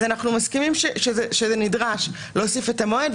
אז אנחנו מסכימים שנדרש להוסיף את המועד,